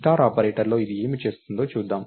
star ఆపరేటర్లో ఇది ఏమి చేస్తుందో చూద్దాం